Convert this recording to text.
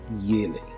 yearly